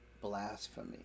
Blasphemy